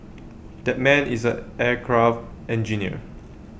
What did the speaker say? that man is A aircraft engineer